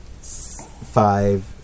five